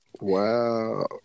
Wow